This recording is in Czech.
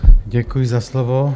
Děkuji za slovo.